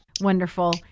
wonderful